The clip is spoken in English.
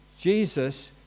Jesus